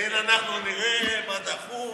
אנחנו נראה מה דחוף, מה לא דחוף.